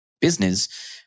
business